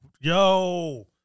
Yo